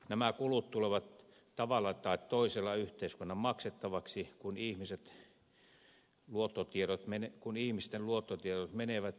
nämä kulut tulevat tavalla tai toisella yhteiskunnan maksettaviksi kun ihmisten luottotiedot menevät